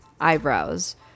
eyebrows